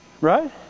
Right